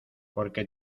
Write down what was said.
porque